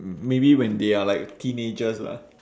mm maybe when they are like teenagers lah